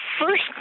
first